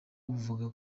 buvuga